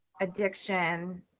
Addiction